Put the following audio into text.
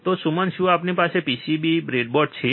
તો સુમન શું આપણી પાસે PCB બ્રેડબોર્ડ છે